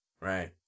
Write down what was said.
right